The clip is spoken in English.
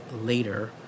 later